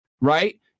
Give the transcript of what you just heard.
right